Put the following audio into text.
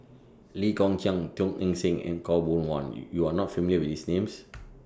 Lee Kong Chian Teo Eng Seng and Khaw Boon Wan YOU YOU Are not familiar with These Names